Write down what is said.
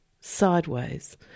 sideways